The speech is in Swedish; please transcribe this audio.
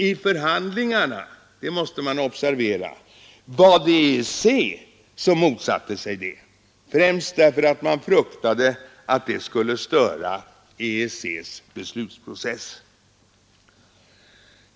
I förhandlingarna det måste man observera — var det EEC som motsatte sig detta, främst därför att man fruktade att det skulle störa EEC:s beslutsprocess.